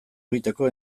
egiteko